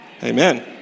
Amen